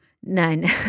Nein